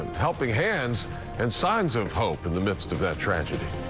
and helping hands and signs of hope in the midst of that tragedy.